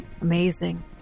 Amazing